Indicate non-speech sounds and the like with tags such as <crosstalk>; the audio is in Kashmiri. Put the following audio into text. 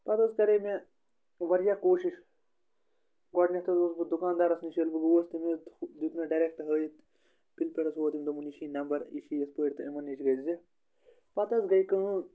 پَتہٕ حظ کَرے مےٚ واریاہ کوٗشِش گۄڈٕنٮ۪تھ حظ گوس بہٕ دُکاندارَس نِش ییٚلہِ بہٕ گوس تٔمۍ <unintelligible> دیُت مےٚ ڈَرٮ۪کٹ ہٲیِتھ بِلہِ پٮ۪ٹھ حظ ہوو تٔمۍ دوٚپُن یہِ چھُے نمبر یہِ چھُے یِتھ پٲٹھۍ تہِ یِمَن نِش گٔیہِ زِ پَتہٕ حظ گٔے کٲم